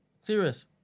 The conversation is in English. Serious